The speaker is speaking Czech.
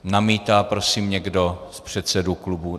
Namítá prosím někdo z předsedů klubů?